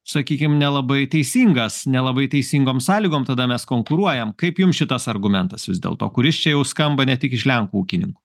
sakykim nelabai teisingas nelabai teisingom sąlygom tada mes konkuruojam kaip jum šitas argumentas vis dėlto kuris čia jau skamba ne tik iš lenkų ūkininkų